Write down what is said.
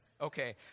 Okay